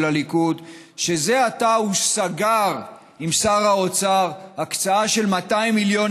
הליכוד שזה עתה הוא סגר עם שר האוצר הקצאה של 200 מיליון